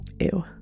ew